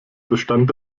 bestand